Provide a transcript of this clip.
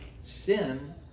sin